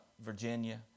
Virginia